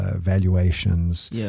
valuations